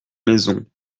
maisons